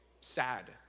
sad